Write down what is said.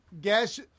guess